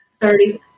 Thirty